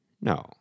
No